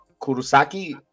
Kurosaki